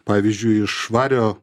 pavyzdžiui iš vario